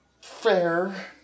fair